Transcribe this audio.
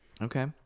Okay